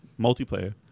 multiplayer